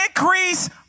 increase